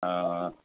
अह